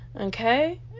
Okay